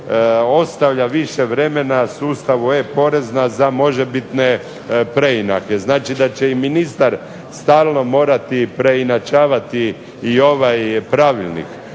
ostavlja više vremena sustavu e-Porezna za možebitne preinake. Znači, da će i ministar stalno morati preinačavati i ovaj Pravilnik.